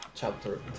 Chapter